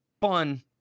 fun